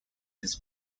his